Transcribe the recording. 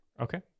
Okay